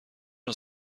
نوع